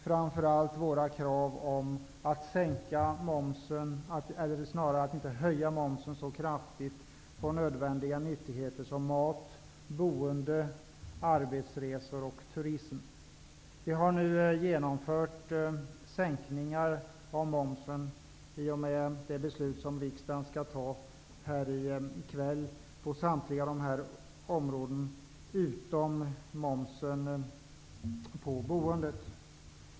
Framför allt hade vi krav på att momsen inte skulle höjas så kraftigt på nödvändiga nyttigheter, t.ex. mat, boende, arbetsresor och turism. I och med det beslut som riksdagen skall fatta i kväll genomför vi sänkningar av momsen på samtliga dessa områden utom på boendet.